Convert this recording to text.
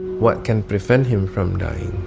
what can prevent him from dying?